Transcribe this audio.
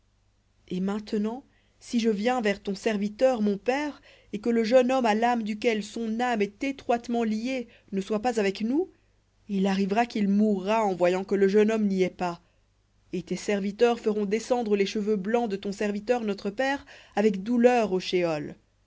et maintenant si je viens vers ton serviteur mon père et que le jeune homme à l'âme duquel son âme est étroitement liée ne soit pas avec nous il arrivera qu'il mourra en voyant que le jeune homme n'y est pas et tes serviteurs feront descendre les cheveux blancs de ton serviteur notre père avec douleur au shéol